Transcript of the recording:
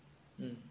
mm